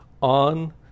on